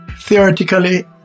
Theoretically